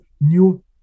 new